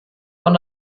von